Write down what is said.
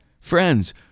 friends